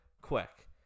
quick